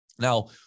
Now